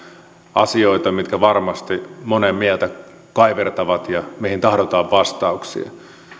asioita mitkä varmasti monen mieltä kaivertavat ja mihin tahdotaan vastauksia